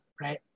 right